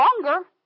longer